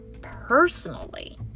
personally